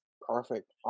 Perfect